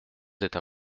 êtes